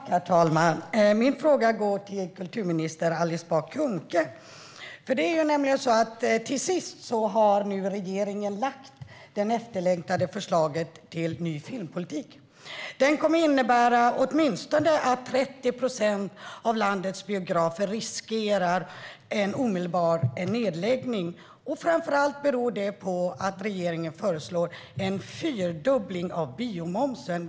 Herr talman! Min fråga går till kulturminister Alice Bah Kuhnke. Regeringen har nu lagt fram det efterlängtade förslaget till ny filmpolitik. Det kommer att innebära att åtminstone 30 procent av landets biografer riskerar omedelbar nedläggning. Det beror framför allt på att regeringen föreslår en fyrdubbling av biomomsen.